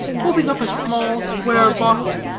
holding up a small, square bottle,